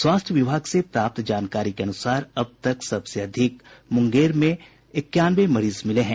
स्वास्थ्य विभाग से प्राप्त से जानकारी के अनुसार अब तक सबसे अधिक मुंगेर में इक्यानवे मरीज मिले हैं